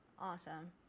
Awesome